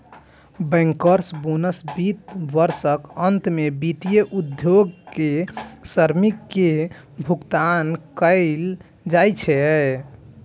bankers bonus वित्त वर्षक अंत मे वित्तीय उद्योग के श्रमिक कें भुगतान कैल जाइ छै